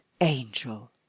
angel